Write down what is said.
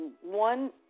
one